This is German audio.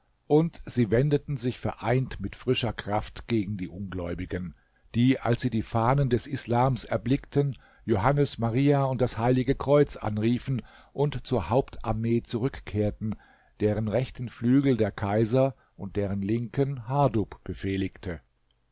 und sie wendeten sich vereint mit frischer kraft gegen die ungläubigen die als sie die fahnen des islams erblickten johannes maria und das heilige kreuz anriefen und zur hauptarmee zurückkehrten deren rechten flügel der kaiser und deren linken hardub befehligte